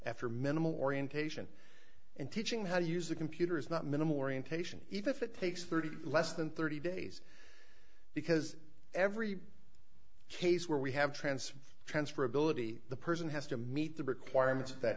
after minimal orientation and teaching how to use a computer is not minimal orientation even if it takes thirty less than thirty days because every case where we have transferred transfer ability the person has to meet the requirements that